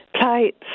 plates